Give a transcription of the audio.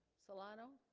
solano